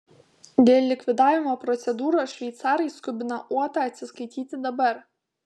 dėl likvidavimo procedūros šveicarai skubina uotą atsiskaityti dabar